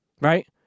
right